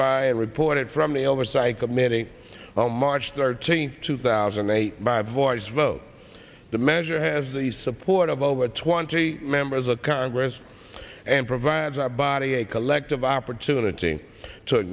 by a reported from the oversight committee on march thirteenth two thousand and eight by voice vote the measure has the support of over twenty members of congress and provides our body a collective opportunity to